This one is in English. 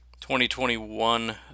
2021